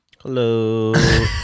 hello